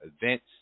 events